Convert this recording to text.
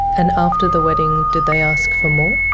and after the wedding did they ask for more?